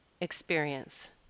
experience